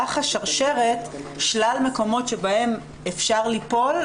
במהלך השרשרת שלל מקומות שבהם אפשר ליפול,